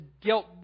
guilt